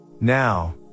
Now